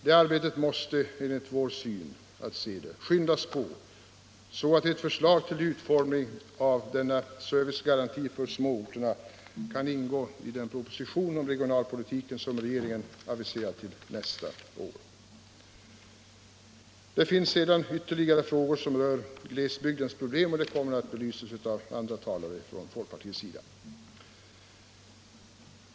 Det arbetet måste enligt vår mening skyndas på, så att ett förslag till utformning av servicegarantin för småorterna kan ingå i den proposition om regionalpolitiken som regeringen aviserat till nästa År: Det finns sedan ytterligare frågor som rör glesbygdens problem, och de kommer att belysas av andra talare från folkpartiet.